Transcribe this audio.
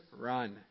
run